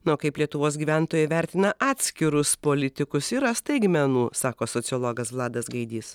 na o kaip lietuvos gyventojai vertina atskirus politikus yra staigmenų sako sociologas vladas gaidys